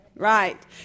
Right